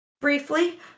briefly